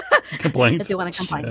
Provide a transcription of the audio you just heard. complaints